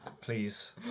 please